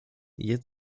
jest